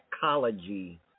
psychology